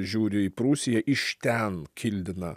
žiūri į prūsiją iš ten kildina